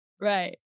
Right